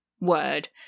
word